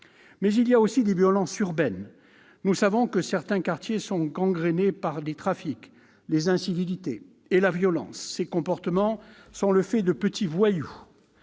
peuvent être aussi urbaines. Nous savons que certains quartiers sont gangrenés par les trafics, les incivilités et la violence. Ces comportements sont le fait de petits voyous